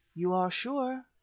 you are sure.